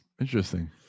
Interesting